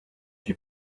qui